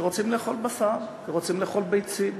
שרוצים לאכול בשר, רוצים לאכול ביצים,